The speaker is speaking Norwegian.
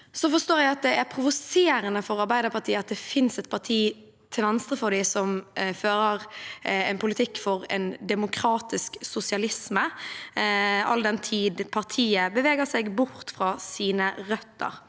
Så forstår jeg at det er provoserende for Arbeiderpartiet at det fins et parti til venstre for dem som fører en politikk for en demokratisk sosialisme, all den tid partiet beveger seg bort fra sine røtter.